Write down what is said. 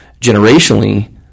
Generationally